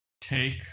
take